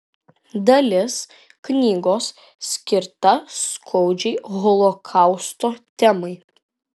dalis knygos skirta skaudžiai holokausto temai